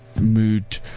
mood